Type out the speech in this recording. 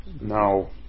Now